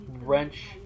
wrench